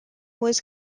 was